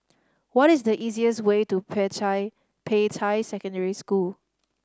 what is the easiest way to Peicai Peicai Secondary School